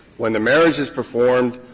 when the marriage is performed,